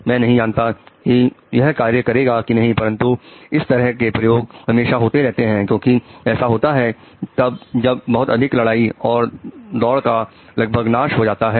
मैं नहीं जानता कि यह कार्य करेगा कि नहीं परंतु इस तरह के प्रयोग हमेशा होते रहते हैं क्योंकि ऐसा होता है तब बहुत अधिक लड़ाई और दौड़का लगभग नाश हो जाता है